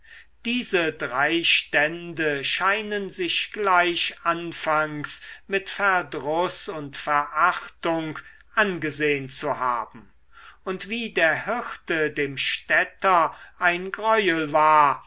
diese drei stände scheinen sich gleich anfangs mit verdruß und verachtung angesehn zu haben und wie der hirte dem städter ein greuel war